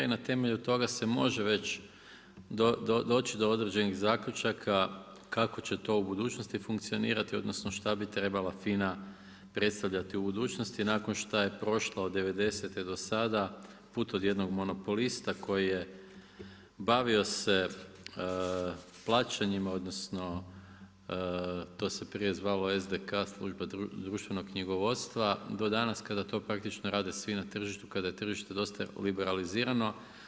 I na temelju toga se može već doći do određenih zaključaka, kako će to u budućnosti funkcionirati, odnosno, što bi trebala FINA-a predstavljati u budućnosti, nakon što je prošlo od '90. do sada, put od jednog monopolista, koji je bavio se plaćanjima, odnosno, to se prije zvalo SDK, služba društvenog knjigovodstva, do danas, kada to praktično rade svi na tržištu, kada je tržišno dosta liberalizirano.